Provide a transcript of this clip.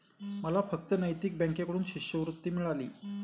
मला फक्त नैतिक बँकेकडून शिष्यवृत्ती मिळाली